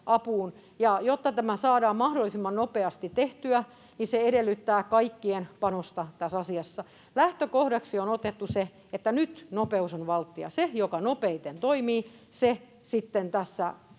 apuun. Ja jotta tämä saadaan mahdollisimman nopeasti tehtyä, niin se edellyttää kaikkien panosta tässä asiassa. Lähtökohdaksi on otettu se, että nyt nopeus on valttia. Se, joka nopeiten toimii, se sitten tässä